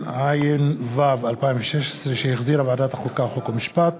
התשע"ו 2016, שהחזירה ועדת החוקה, חוק ומשפט,